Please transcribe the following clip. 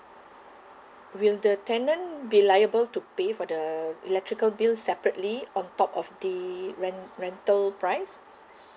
will the tenant be liable to pay for the electrical bill separately on top of the ren~ rental price